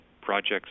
projects